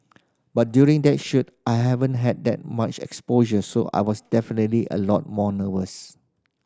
but during that shoot I haven't had that much exposure so I was definitely a lot more nervous